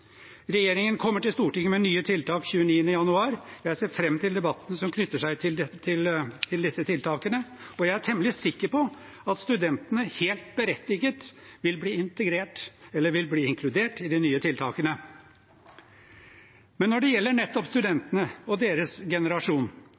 Regjeringen kommer til Stortinget med nye tiltak 29. januar. Jeg ser fram til debatten som knytter seg til disse tiltakene, og jeg er temmelig sikker på at studentene helt berettiget vil bli inkludert i de nye tiltakene. Men når det gjelder studentene og deres generasjon, bør ikke Stortinget også ha for øye at det er nettopp